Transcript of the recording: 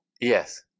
Yes